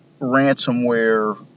Ransomware